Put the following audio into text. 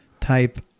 type